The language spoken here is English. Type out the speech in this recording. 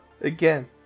Again